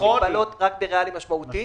יש הגבלות רק בריאלי משמעותי.